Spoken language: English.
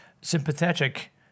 sympathetic